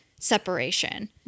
separation